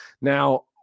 Now